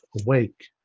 awake